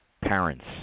parents